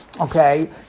okay